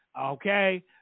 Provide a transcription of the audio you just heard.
okay